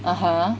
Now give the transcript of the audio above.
(uh huh)